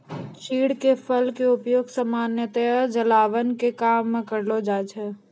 चीड़ के फल के उपयोग सामान्यतया जलावन के काम मॅ करलो जाय छै